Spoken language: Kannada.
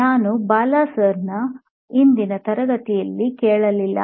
ನಾನು ಬಾಲಾ ಸರ್ ಅವರ ಇಂದಿನ ತರಗತಿಯನ್ನು ಕೇಳಲಿಲ್ಲ